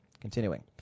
Continuing